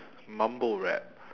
mumble rap